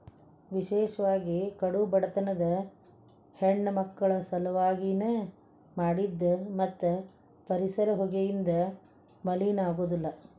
ವಿಶೇಷವಾಗಿ ಕಡು ಬಡತನದ ಹೆಣ್ಣಮಕ್ಕಳ ಸಲವಾಗಿ ನ ಮಾಡಿದ್ದ ಮತ್ತ ಪರಿಸರ ಹೊಗೆಯಿಂದ ಮಲಿನ ಆಗುದಿಲ್ಲ